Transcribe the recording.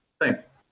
Thanks